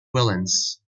villains